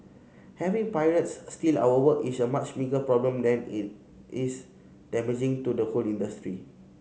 having pirates steal our work is a much bigger problem that it is damaging to the whole industry